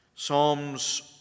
Psalms